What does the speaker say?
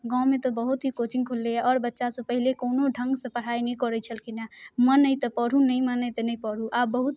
गाँवमे तऽ बहुत ही कोचिंग खुललैय आओर बच्चा सभ पहिले कोनो ढङ्गसँ पढ़ाइ नहि करै छलखिन हँ मन अइ तऽ पढ़ु नहि मन यऽ तऽ नहि पढ़ु आब बहुत